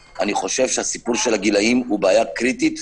- הסיפור של הגילאים הוא בעיה קריטית,